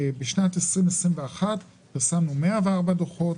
בשנת 2021 פרסמנו 104 דוחות,